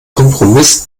kompromiss